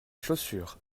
chaussures